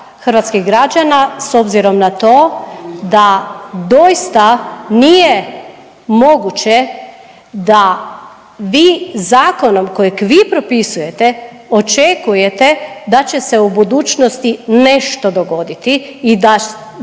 hrvatskih građana s obzirom na to da doista nije moguće da vi zakonom kojeg vi propisujete očekujete da će se u budućnosti nešto dogoditi i da,